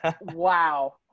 Wow